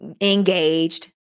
engaged